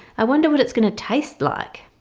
i wonder what it's going to taste like?